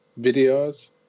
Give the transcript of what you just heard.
videos